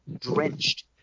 drenched